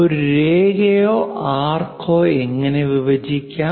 ഒരു രേഖയോ ആർക്കോ എങ്ങനെ വിഭജിക്കാം